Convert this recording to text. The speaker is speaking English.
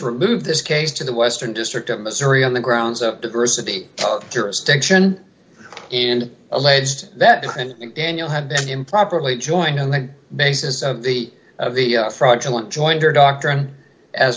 removed this case to the western district of missouri on the grounds of diversity jurisdiction and alleged that daniel had been improperly joined on the basis of the of the fraudulent jointer doctrine as